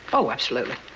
oh, absolutely.